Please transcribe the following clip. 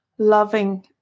loving